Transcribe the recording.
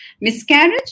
Miscarriage